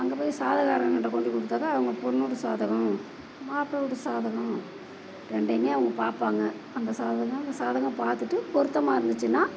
அங்கே போய் ஜாதகக்காரன்ட்ட கொண்டு போய் கொடுத்தா தான் அவங்க பொண்ணு வீட்டு ஜாதகம் மாப்ளை வீட்டு ஜாதகம் ரெண்டையும் அவங்க பார்ப்பாங்க அந்த ஜாதகம் தான் ஜாதகம் பார்த்துட்டு பொருத்தமாக இருந்துச்சுன்னால்